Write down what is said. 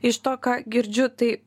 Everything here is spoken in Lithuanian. iš to ką girdžiu tai